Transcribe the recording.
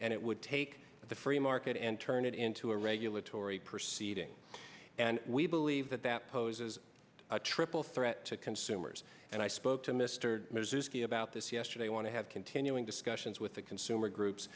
and it would take the free market and turn it into a regulatory proceeding and we believe that that poses a triple threat to consumers and i spoke to mr mazursky about this yesterday want to have continuing discussions with the consumer groups